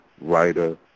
writer